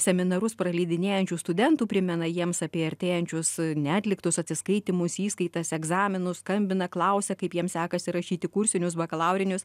seminarus praleidinėjančių studentų primena jiems apie artėjančius neatliktus atsiskaitymus įskaitas egzaminus skambina klausia kaip jiems sekasi rašyti kursinius bakalaurinius